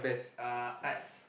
uh arts